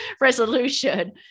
resolution